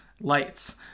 lights